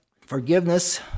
forgiveness